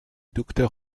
docteur